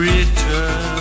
Return